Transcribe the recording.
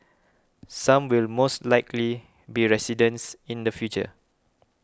some will most likely be residents in the future